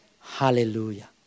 Hallelujah